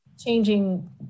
changing